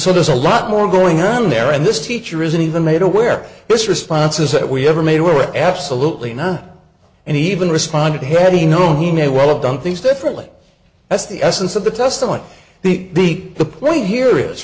so there's a lot more going on there and this teacher isn't even made aware this responses that we ever made were absolutely none and he even responded heavy no he may well have done things differently that's the essence of the testimony the big the point here is